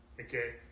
Okay